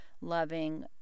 loving